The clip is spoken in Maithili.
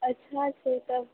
अच्छा छै तब